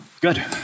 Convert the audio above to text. Good